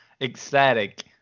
ecstatic